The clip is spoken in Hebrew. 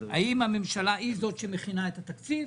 האם הממשלה היא זאת שמכינה את התקציב